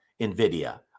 NVIDIA